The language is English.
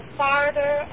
farther